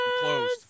closed